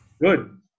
good